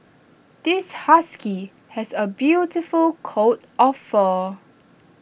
this husky has A beautiful coat of fur